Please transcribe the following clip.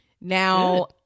now